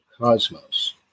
cosmos